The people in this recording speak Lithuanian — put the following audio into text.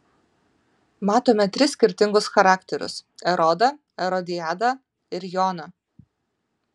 matome tris skirtingus charakterius erodą erodiadą ir joną